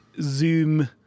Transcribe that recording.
Zoom